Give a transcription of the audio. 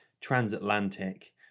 transatlantic